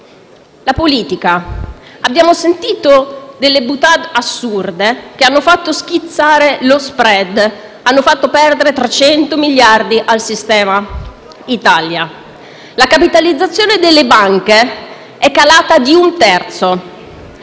politica, abbiamo sentito delle *boutade* assurde, che hanno fatto schizzare lo *spread* e hanno fatto perdere 300 miliardi al sistema Italia. La capitalizzazione delle banche è calata drasticamente,